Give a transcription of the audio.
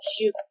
shoot